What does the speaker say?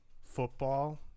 football